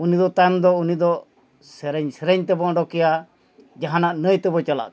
ᱩᱱᱤ ᱫᱚ ᱛᱟᱭᱚᱢ ᱫᱚ ᱩᱱᱤ ᱫᱚ ᱥᱮᱨᱮᱧ ᱥᱮᱨᱮᱧ ᱛᱮᱵᱚᱱ ᱚᱰᱚᱠᱮᱭᱟ ᱡᱟᱦᱟᱱᱟᱜ ᱱᱟᱹᱭ ᱛᱮᱵᱚ ᱪᱟᱞᱟᱜ ᱠᱟᱱᱟ